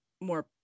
more